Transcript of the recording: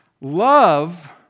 love